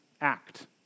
act